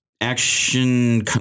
action